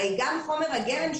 הרי גם חומר הגלם,